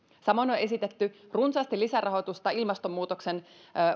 samoin on on esitetty runsaasti lisärahoitusta ilmastonmuutoksen